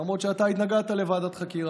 למרות שאתה התנגדת לוועדת חקירה,